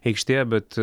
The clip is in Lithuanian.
aikštėje bet